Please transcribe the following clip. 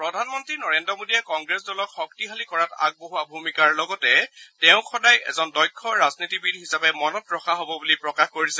প্ৰধানমন্তী নৰেজ্ মোদীয়ে কংগ্ৰেছ দলক শক্তিশালী কৰাত আগবঢ়োৱা ভূমিকাৰ লগতে তেওঁক সদায় এজন দক্ষ ৰাজনীতিবিদ হিচাপে মনত ৰখা হ'ব বুলি প্ৰকাশ কৰিছে